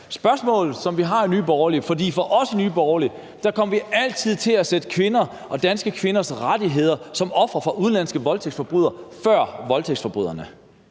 i sit svar til min gode kollega Mikkel Bjørn. Hos os i Nye Borgerlige kommer vi altid til at sætte kvinder og danske kvinders rettigheder som ofre for udenlandske voldtægtsforbrydere før voldtægtsforbryderne.